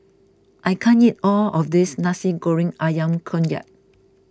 I can't eat all of this Nasi Goreng Ayam Kunyit